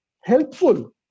helpful